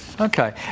okay